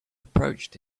approached